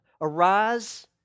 Arise